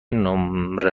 نمره